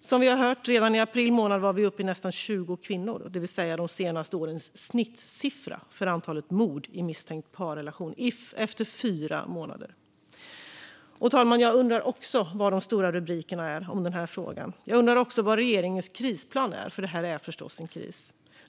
Som vi har hört var vi redan i april månad uppe i nästan 20 kvinnor, det vill säga de senaste årens snittsiffra för antalet misstänkta mord i parrelation bara fyra månader in på året. Herr talman! Jag undrar också vad de stora rubrikerna är om den här frågan. Jag undrar också vad regeringens krisplan är, för det här är förstås en kris.